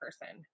person